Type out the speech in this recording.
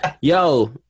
Yo